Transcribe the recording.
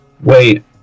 Wait